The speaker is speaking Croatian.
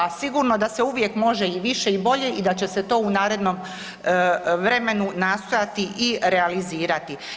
A da, a sigurno da se uvijek može i više i bolje i da će se to u narednom vremenu nastojati i realizirati.